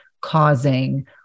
causing